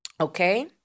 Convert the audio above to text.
Okay